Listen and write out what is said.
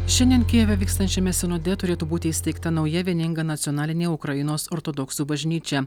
šiandien kijeve vykstančiame sinode turėtų būti įsteigta nauja vieninga nacionalinė ukrainos ortodoksų bažnyčia